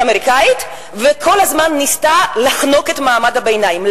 אמריקנית וכל הזמן ניסתה לחנוק את מעמד הביניים,